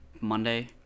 Monday